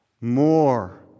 more